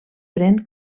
pren